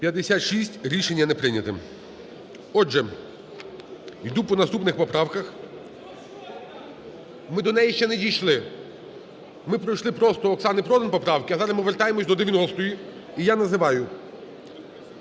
За-56 Рішення не прийнято. Отже, іду по наступних поправках. Ми до неї ще не дійшли, ми пройшли просто Оксани Продан поправки, а зараз ми вертаємося до 90, і я називаю.